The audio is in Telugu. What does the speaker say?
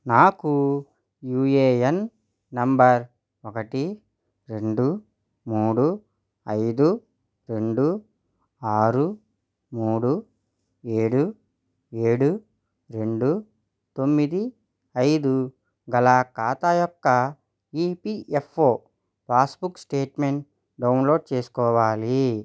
నాకు యూఏఎన్ నంబర్ ఒకటి రెండు మూడు ఐదు రెండు ఆరు మూడు ఏడు ఏడు రెండు తొమ్మిది ఐదు గల ఖాతా యొక్క ఈపీఎఫ్ఓ పాస్బుక్ స్టేట్మెంట్ డౌన్లోడ్ చేసుకోవాలి